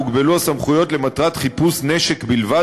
הוגבלו הסמכויות למטרת חיפוש נשק בלבד